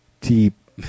deep